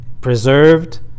preserved